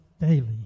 daily